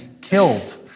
killed